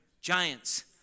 Giants